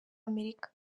amerika